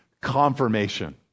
confirmation